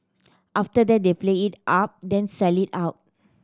after that they play it up then sell it out